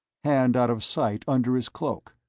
hand out of sight under his cloak.